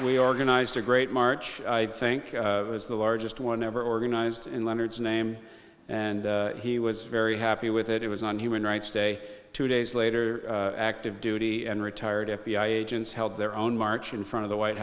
we organized a great march i think it was the largest one ever organized in leonard's name and he was very happy with it it was on human rights day two days later active duty and retired f b i agents held their own march in front of the white